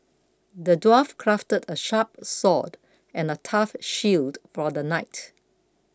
the dwarf crafted a sharp sword and a tough shield for the knight